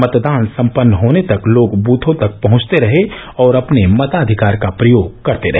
मतदान सम्पन्न होने तक लोग बूथों तक पहंचते रहे और अपने मताधिकार का प्रयोग करते रहे